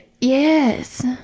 Yes